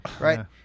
Right